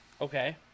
Okay